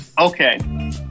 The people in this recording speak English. Okay